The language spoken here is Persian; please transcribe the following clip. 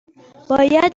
باید